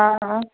हा हा